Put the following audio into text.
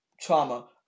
trauma